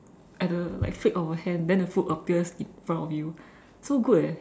at the like flick of a hand then the food appears in front of you so good eh